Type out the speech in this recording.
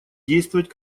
действовать